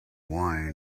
wine